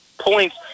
points